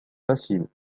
facile